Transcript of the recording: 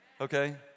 okay